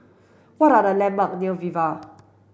what are the landmarks near Viva